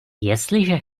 jestliže